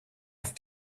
have